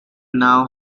now